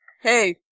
Hey